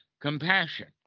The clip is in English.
compassion